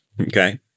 Okay